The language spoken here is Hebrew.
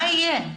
מה יהיה?